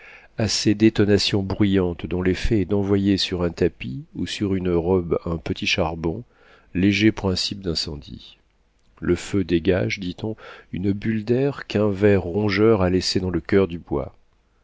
ces détonations bruyantes dont l'effet est d'envoyer sur un tapis ou sur une robe un petit charbon léger principe d'incendie le feu dégage dit-on une bulle d'air qu'un ver rongeur a laissée dans le coeur du bois